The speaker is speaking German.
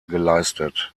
geleistet